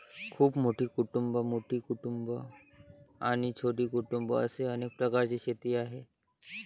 खूप मोठी कुटुंबं, मोठी कुटुंबं आणि छोटी कुटुंबं असे अनेक प्रकारची शेती आहे